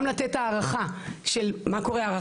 גם לתת הערכה נפשית,